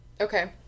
Okay